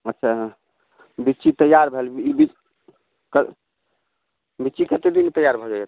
अच्छा लिची तैयार भऽ लिची कते दिनमे तैयार भऽ जाइया तऽ